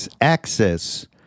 access